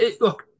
look